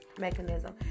mechanism